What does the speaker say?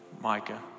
Micah